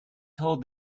told